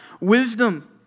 wisdom